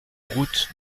route